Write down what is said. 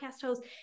host